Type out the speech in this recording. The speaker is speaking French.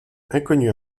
inconnue